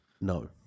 no